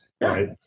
Right